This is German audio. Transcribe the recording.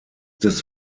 des